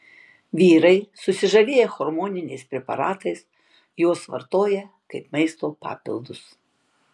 vyrai susižavėję hormoniniais preparatais juos vartoja kaip maisto papildus